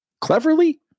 cleverly